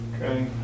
okay